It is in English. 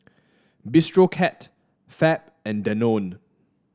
Bistro Cat Fab and Danone